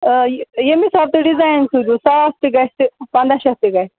ییٚمہِ حِساب تُہۍ ڈِزایِن سوٗزِو ساس تہِ گژھِ تہِ پنٛداہ شَتھ تہِ گژھِ